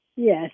Yes